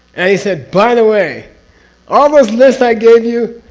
and he said, by the way all those lists i gave you,